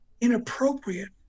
inappropriate